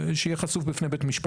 שוויון.